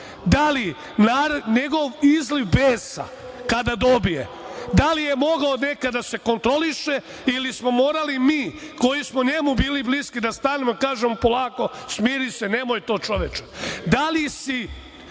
li njegov izliv besa kada dobije, da li je mogao nekada da se kontroliše ili smo morali mi koji smo njemu bili bliski da stanemo i kažemo – polako, smiri se, nemoj to čoveče.